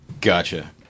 Gotcha